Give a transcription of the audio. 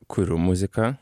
kuriu muziką